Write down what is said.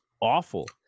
awful